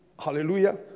Hallelujah